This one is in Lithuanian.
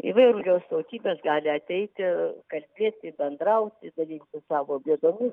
įvairios tautybės gali ateiti kalbėti bendrauti dalintis savo bėdomis